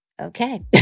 Okay